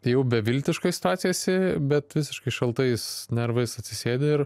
tai jau beviltiškoj situacijoj esi bet visiškai šaltais nervais atsisėdi ir